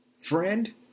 friend